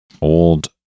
old